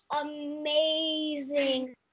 amazing